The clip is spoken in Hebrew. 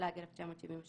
התשל"ג-1973 ,